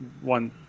one